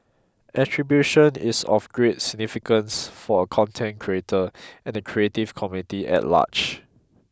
attribution is of great significance for a content creator and the creative community at large